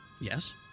Yes